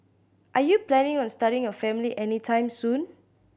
are you planning on starting a family anytime soon